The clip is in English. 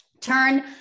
Turn